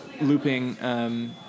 looping